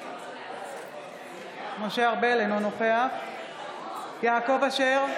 אינו נוכח יעקב אשר,